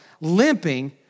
limping